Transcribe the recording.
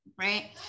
right